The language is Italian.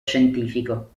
scientifico